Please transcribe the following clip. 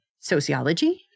Sociology